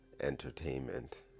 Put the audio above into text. Entertainment